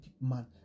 man